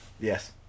Yes